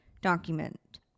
document